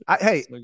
Hey